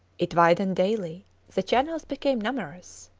it widened daily the channels became numerous.